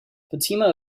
fatima